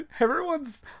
everyone's